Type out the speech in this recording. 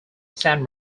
san